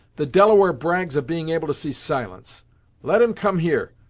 the delaware brags of being able to see silence let him come here,